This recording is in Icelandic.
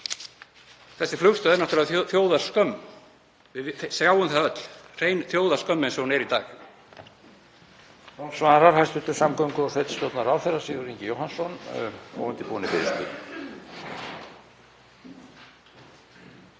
Þessi flugstöð er náttúrlega þjóðarskömm, við sjáum það öll, hrein þjóðarskömm eins og hún er í dag.